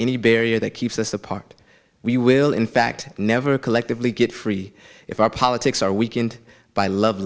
any barrier that keeps us apart we will in fact never collectively get free if our politics are weakened by love